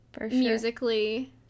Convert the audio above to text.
musically